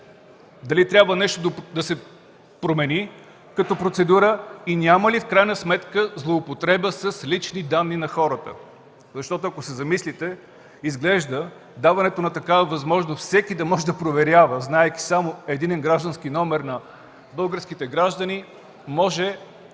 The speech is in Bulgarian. Дали трябва нещо да се промени като процедура и няма ли в крайна сметка злоупотреба с лични данни на хората? Защото, ако се замислите, изглежда даването на такава възможност всеки да може да проверява, знаейки само единен граждански номер на българските граждани, може индиректно